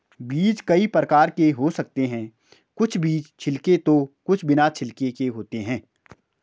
बीज कई प्रकार के हो सकते हैं कुछ बीज छिलके तो कुछ बिना छिलके के होते हैं